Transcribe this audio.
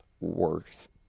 worse